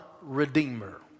redeemer